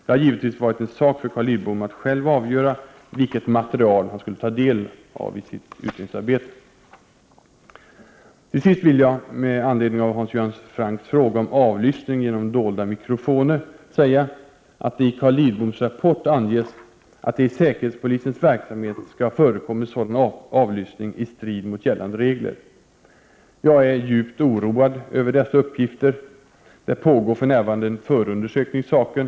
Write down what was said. Det har givetvis varit en sak för Carl Lidbom att själv avgöra vilket material han skulle ta del av i sitt utredningsarbete. Till sist vill jag med anledning av Hans Göran Francks fråga om avlyssning genom dolda mikrofoner säga att det i Carl Lidboms rapport anges att det i säkerhetspolisens verksamhet skall ha förekommit sådan avlyssning i strid mot gällande regler. Jag är djupt oroad över dessa uppgifter. Det pågår för närvarande en förundersökning i saken.